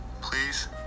Please